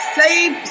save